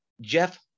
Jeff